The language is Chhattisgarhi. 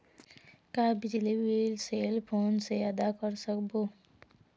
का बिजली बिल सेल फोन से आदा कर सकबो?